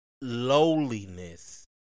lowliness